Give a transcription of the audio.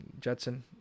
Judson